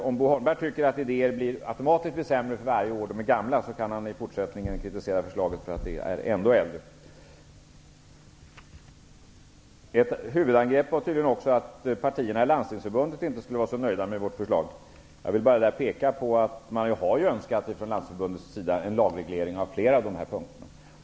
Om Bo Holmberg tycker att idéer automatiskt blir sämre ju äldre de är, får han fortsätta med kritisera förslaget -- som alltså är ännu äldre än som framgick här. Ert huvudangrepp består tydligen också i att partierna i Landstingsförbundet inte skulle vara så nöjda med vårt förslag. Jag vill då peka på att man från Landstingsförbundets sida har önskat en lagreglering på flera av de här punkterna.